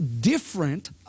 different